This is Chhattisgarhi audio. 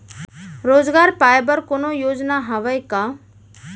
रोजगार पाए बर कोनो योजना हवय का?